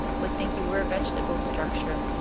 would think you were a vegetable structure,